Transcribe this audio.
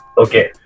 okay